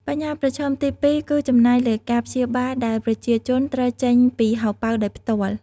បញ្ហាប្រឈមទីពីរគឺចំណាយលើការព្យាបាលដែលប្រជាជនត្រូវចេញពីហោប៉ៅដោយផ្ទាល់។